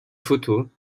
photos